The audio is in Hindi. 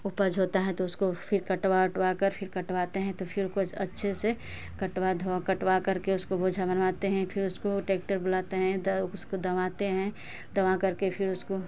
उपज होता है तो फिर कटवा उटवा कर फिर कटवाते हैं तो फिर उपज अच्छे से कटवा धोवा कटवा कर के उसको बोझा बनाते हैं फिर उसको ट्रॅकटर बुलाते हैं तो उसको दबाते हैं दबा करके फिर उसको